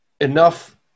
enough